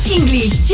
English